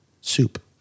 soup